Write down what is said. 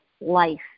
life